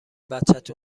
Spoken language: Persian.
بچت